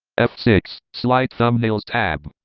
f six, slide thumbnails, tab,